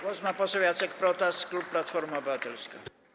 Głos ma poseł Jacek Protas, klub Platforma Obywatelska.